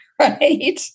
right